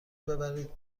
ببرید